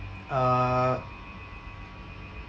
err